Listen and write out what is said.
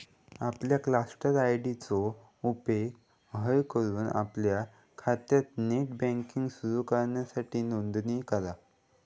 आपल्या cluster ID चो उपेग हय करून आपल्या खात्यात नेट बँकिंग सुरू करूच्यासाठी नोंदणी करा